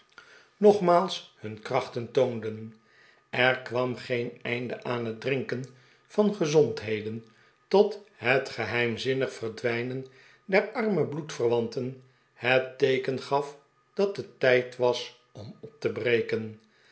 nogmaals hun krachten toonden er kwam geen einde aan het drinken van gezondheden tot het geheimzinnig verdwijnen der arme bloedverwante n het teeken gaf dat het tijd was om op te breken